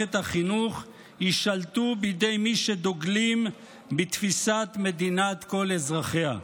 ומערכת החינוך יישלטו בידי מי שדוגלים בתפיסת מדינת כל אזרחיה,